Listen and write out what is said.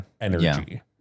energy